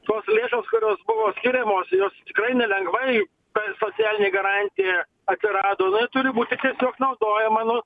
tos lėšos kurios buvo skiriamos jos tikrai nelengvai ta socialinė garantija atsirado jinai turi būti tiesiog naudojama nu